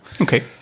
Okay